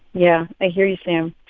yeah. i hear you, sam.